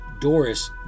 Doris